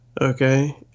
Okay